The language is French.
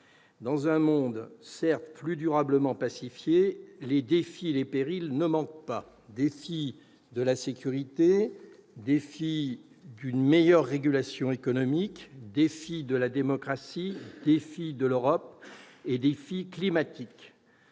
Dans un monde certes plus durablement pacifié, les défis et les périls ne manquent pas : défi de la sécurité, défi d'une meilleure régulation économique, défi de la démocratie, défi de l'Europe et défi climatique.